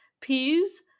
peas